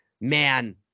Man